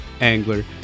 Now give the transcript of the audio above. angler